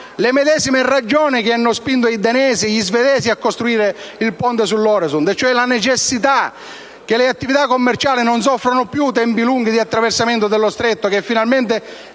le medesime ragioni che hanno spinto i danesi e gli svedesi a costruire quello sull'Øresund, e cioè la necessità che le attività commerciali non soffrano più i lunghi tempi di attraversamento dello stretto e che finalmente,